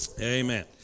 amen